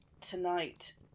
tonight